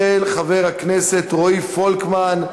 של חברי הכנסת רועי פולקמן,